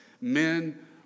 men